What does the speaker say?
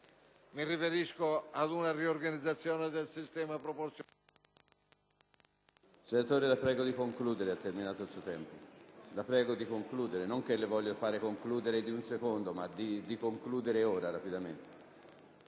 Mi riferisco ad una riorganizzazione del sistema alla